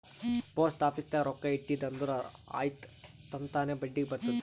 post office ನಾಗ್ ರೊಕ್ಕಾ ಇಟ್ಟಿದಿ ಅಂದುರ್ ಆಯ್ತ್ ತನ್ತಾನೇ ಬಡ್ಡಿ ಬರ್ತುದ್